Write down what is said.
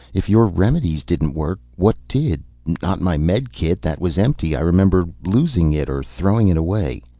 if your remedies didn't work what did? not my medikit. that was empty. i remember losing it or throwing it away.